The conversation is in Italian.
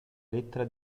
lettera